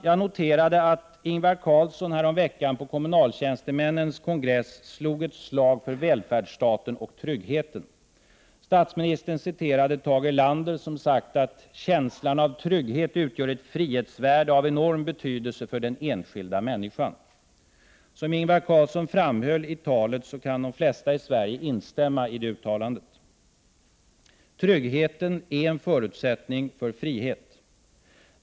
Jag noterade att Ingvar Carlsson häromveckan på kommunaltjänstemännens kongress slog ett slag för välfärdsstaten och tryggheten. Statsministern citerade Tage Erlander, som sagt att ”känslan av trygghet utgör ett frihetsvärde av enorm betydelse för den enskilda människan”. Som Ingvar Carlsson framhöll i talet kan de flesta i Sverige instämma i det uttalandet. Tryggheten är en förutsättning för frihet.